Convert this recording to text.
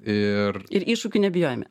ir iššūkių nebijojime